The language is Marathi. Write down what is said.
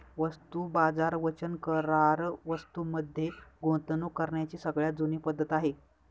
वस्तू बाजार वचन करार वस्तूं मध्ये गुंतवणूक करण्याची सगळ्यात जुनी पद्धत आहे